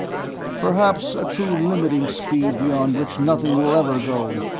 perhaps a true limiting speed beyond which nothing will ever go,